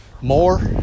more